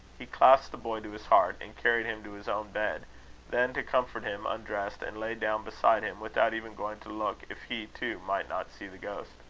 he clasped the boy to his heart, and carried him to his own bed then, to comfort him, undressed and lay down beside him, without even going to look if he too might not see the ghost.